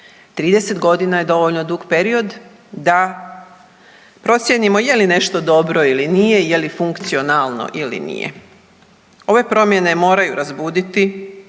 30 godina je dovoljno dug period da procijenimo je li nešto dobro ili nije, je li funkcionalno ili nije. Ove promjene moraju razbuditi